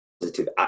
positive